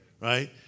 right